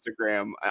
Instagram